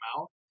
out